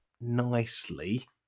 nicely